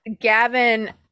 Gavin